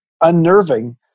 Unnerving